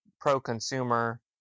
pro-consumer